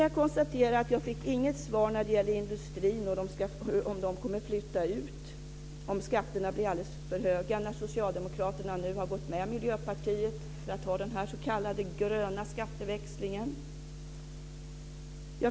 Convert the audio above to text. Jag fick inget svar beträffande industrin och eventuell utflyttning om skatterna blir alldeles för höga nu när Socialdemokraterna har gått samman med Miljöpartiet om den s.k. gröna skatteväxlingen.